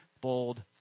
bold